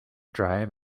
drive